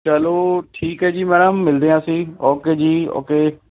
ਚਲੋ ਠੀਕ ਹੈ ਜੀ ਮੈਮ ਮਿਲਦੇ ਆ ਅਸੀਂ ਓਕੇ ਜੀ ਓਕੇ